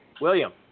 William